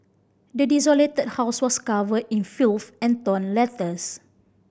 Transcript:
the desolated house was covered in filth and torn letters